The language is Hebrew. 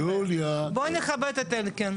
בוא נכבד את אלקין.